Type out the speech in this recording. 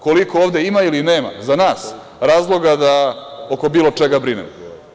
Koliko ovde ima ili nema za nas razloga da oko bilo čega brinemo.